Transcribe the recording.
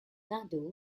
nadu